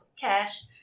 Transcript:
cash